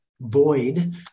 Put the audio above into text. void